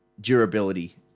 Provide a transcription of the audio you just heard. durability